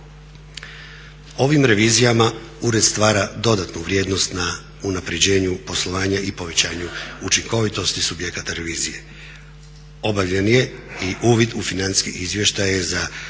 Ovim revizijama ured stvara dodatnu vrijednost na unapređenju poslovanja i povećanju učinkovitosti subjekata revizije. Obavljen je i uvid u financijske izvještaje za 102